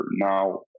now